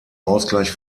ausgleich